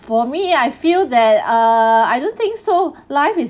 for me I feel that err I don't think so life is